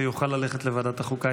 והוא יוכל ללכת לוועדת החוקה,